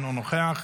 אינו נוכח,